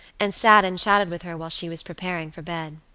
and sat and chatted with her while she was preparing for bed.